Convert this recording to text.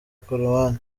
korowani